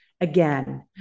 again